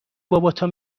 باباتو